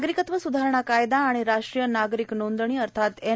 नागरीकत्व सुधारणा कायदा आणि राष्ट्रीय नागरीक नोंदणी अर्थात एन